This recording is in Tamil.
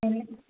சரி